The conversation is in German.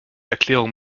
erklärung